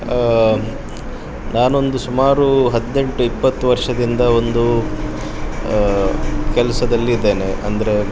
ನಾನೊಂದು ಸುಮಾರು ಹದಿನೆಂಟು ಇಪ್ಪತ್ತು ವರ್ಷದಿಂದ ಒಂದು ಕೆಲ್ಸದಲ್ಲಿ ಇದ್ದೇನೆ ಅಂದರೆ